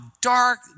dark